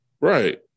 right